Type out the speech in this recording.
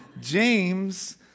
James